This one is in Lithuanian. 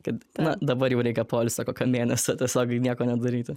kad na dabar jau reikia poilsio kokio mėnesio tiesiog nieko nedaryti